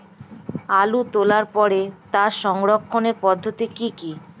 আলু তোলার পরে তার সংরক্ষণের পদ্ধতি কি কি?